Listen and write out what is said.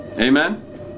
Amen